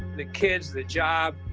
the kids, the job,